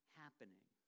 happening